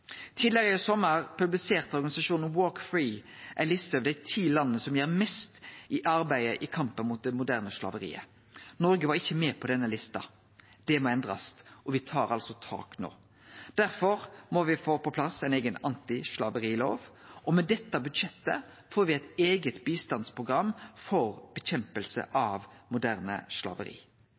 Tidlegare i sommar publiserte organisasjonen Walk Free ei liste over dei ti landa som gjer mest i arbeidet i kampen mot det moderne slaveriet. Noreg var ikkje med på denne lista. Det må endrast, og me tar altså tak no. Derfor må me få på plass ein eigen antislaverilov, og med dette budsjettet får me eit eige bistandsprogram for nedkjemping av moderne slaveri.